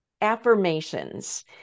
affirmations